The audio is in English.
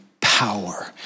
power